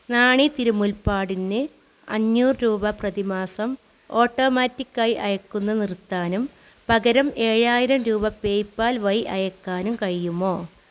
നാണി തിരുമുൽപ്പാടിന് അഞ്ഞൂറ് രൂപ പ്രതിമാസം ഓട്ടോമാറ്റിക്കായി അയയ്ക്കുന്നത് നിർത്താനും പകരം ഏഴായിരം രൂപ പേയ്പാൽ അയയ്ക്കാനും കഴിയുമോ